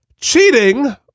cheating